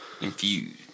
Infused